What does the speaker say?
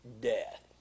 death